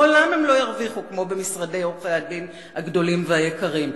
לעולם הם לא ישתכרו כמו במשרדי עורכי-הדין הגדולים והיקרים,